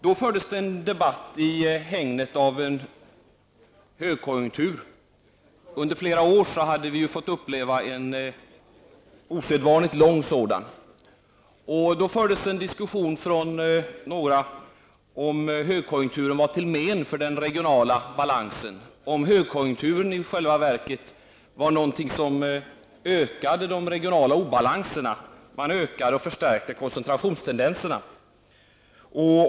Då fördes en debatt i hägnet av en högkonjunktur. Under flera år hade vi fått uppleva en osedvanligt lång sådan. Då fördes en diskussion från några om högkonjunktur var till men för den regionala balansen, om högkonjunkturen i själva verket hade ökat de regionala obalanserna och lett till en ökning och förstärkning av koncentrationstendenserna.